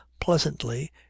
pleasantly